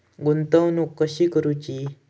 गुंतवणूक कशी करूची?